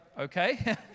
okay